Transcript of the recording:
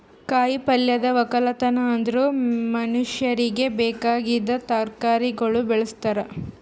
ಕಾಯಿ ಪಲ್ಯದ್ ಒಕ್ಕಲತನ ಅಂದುರ್ ಮನುಷ್ಯರಿಗಿ ಬೇಕಾಗಿದ್ ತರಕಾರಿಗೊಳ್ ಬೆಳುಸ್ತಾರ್